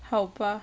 好吧